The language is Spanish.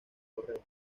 correo